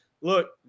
look